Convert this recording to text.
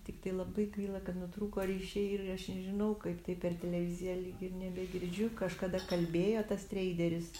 tiktai labai gaila kad nutrūko ryšiai ir aš nežinau kaip tai per televiziją lyg ir nebegirdžiu kažkada kalbėjo tas treideris